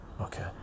okay